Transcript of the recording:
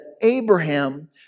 Abraham